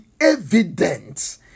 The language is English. evident